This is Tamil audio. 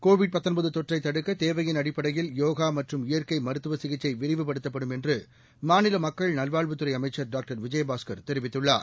கோவிட் தொற்றைத் தடுக்க தேவையின் அடிப்படையில் யோகா மற்றும் இயற்கை மருத்துவ சிகிச்சை விரிவுபடுத்தப்படும் என்று மாநில மக்கள் நல்வாழ்வுத்துறை அமைச்சர் டாக்டர் விஜயபாஸ்கர் தெரிவித்துள்ளார்